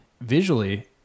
visually